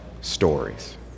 stories